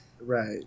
Right